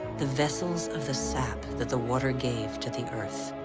the vessels of the sap that the water gave to the earth.